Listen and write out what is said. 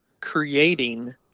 creating